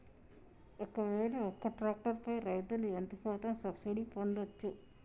ఒక్కవేల ఒక్క ట్రాక్టర్ పై రైతులు ఎంత శాతం సబ్సిడీ పొందచ్చు?